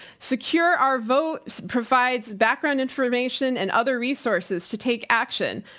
secure our votes provides background information and other resources to take action.